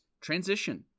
transition